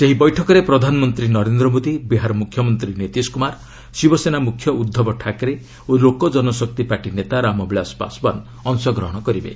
ସେହି ବୈଠକରେ ପ୍ରଧାନମନ୍ତ୍ରୀ ନରେନ୍ଦ୍ର ମୋଦି ବିହାର ମୁଖ୍ୟମନ୍ତ୍ରୀ ନୀତିଶ କୁମାର ଶିବସେନା ମୁଖ୍ୟ ଉଦ୍ଧବ ଠାକରେ ଓ ଲୋକଜନଶକ୍ତି ପାର୍ଟି ନେତା ରାମବିଳାଶ ପାଶଓ୍ୱାନ୍ ଅଂଶଗ୍ରହଣ କରିବେ